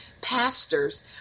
pastors